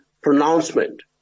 pronouncement